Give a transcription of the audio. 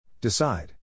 Decide